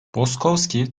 boskovski